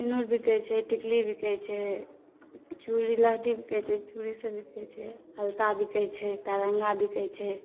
सिनूर बिकै छै टिकुली बिकै छै चूड़ी लहठी बिकै छै चूड़ीसब बिकै छै अलता बिकै छै पाएररङ्गा बिकै छै